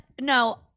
no